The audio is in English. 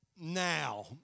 now